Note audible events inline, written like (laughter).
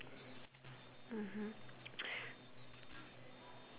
mmhmm (noise)